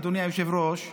אדוני היושב-ראש,